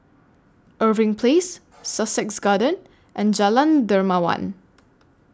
Irving Place Sussex Garden and Jalan Dermawan